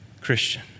Christian